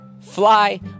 fly